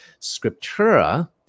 scriptura